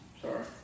Sorry